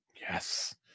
Yes